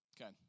Okay